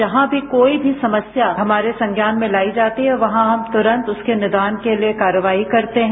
जहां भी कोई भी समस्या हमारे संज्ञान में लाई जाती है वहां हम तुरंत उसके निदान के लिए कार्रवाई करते हैं